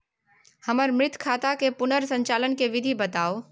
हमर मृत खाता के पुनर संचालन के विधी बताउ?